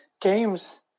games